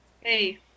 Hey